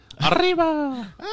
Arriba